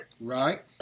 Right